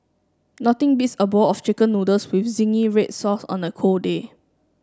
nothing beats a bowl of chicken noodles with zingy red sauce on a cold day